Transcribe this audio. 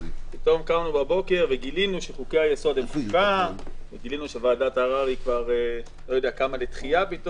בבוקר וגילינו שחוקי היסוד - שוועדת הערר קמה לתחייה,